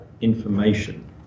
information